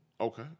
Okay